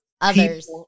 others